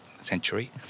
century